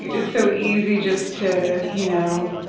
it's so easy just to you know